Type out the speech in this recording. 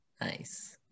nice